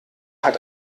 hat